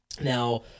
Now